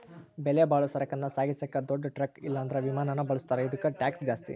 ಬೆಲೆಬಾಳೋ ಸರಕನ್ನ ಸಾಗಿಸಾಕ ದೊಡ್ ಟ್ರಕ್ ಇಲ್ಲಂದ್ರ ವಿಮಾನಾನ ಬಳುಸ್ತಾರ, ಇದುಕ್ಕ ಟ್ಯಾಕ್ಷ್ ಜಾಸ್ತಿ